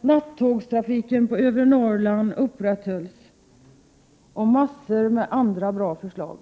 nattågstrafiken upprätthölls, och till massor av andra bra förslag.